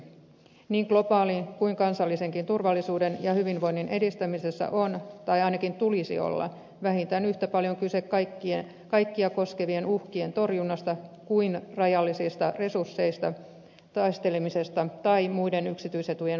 niin globaalin kuin kansallisenkin turvallisuuden ja hyvinvoinnin edistämisessä on tai ainakin tulisi olla vähintään yhtä paljon kyse kaikkia koskevien uhkien torjunnasta kuin rajallisista resursseista taistelemisesta tai muiden yksityisetujen valvonnasta